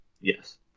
yes